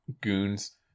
goons